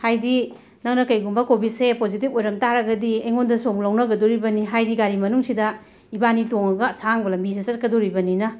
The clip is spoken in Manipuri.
ꯍꯥꯏꯗꯤ ꯅꯪꯅ ꯀꯩꯒꯨꯝꯕ ꯀꯣꯕꯤꯠꯁꯦ ꯄꯣꯖꯤꯇꯤꯞ ꯑꯣꯏꯔꯝꯕ ꯇꯥꯔꯒꯗꯤ ꯑꯩꯉꯣꯟꯗꯁꯨ ꯑꯃꯨꯛ ꯂꯧꯅꯒꯗꯣꯔꯤꯕꯅꯤ ꯍꯥꯏꯗꯤ ꯒꯥꯔꯤ ꯃꯅꯨꯡꯁꯤꯗ ꯏꯕꯥꯅꯤ ꯇꯣꯡꯂꯒ ꯑꯁꯥꯡꯕ ꯂꯝꯕꯤꯁꯦ ꯆꯠꯀꯗꯧꯔꯤꯕꯅꯤꯅ